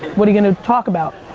what are you gonna talk about?